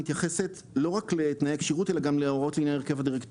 מתייחסת לא רק לתנאי כשירות אלא גם להוראות לעניין מנהל הדירקטוריון.